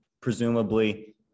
presumably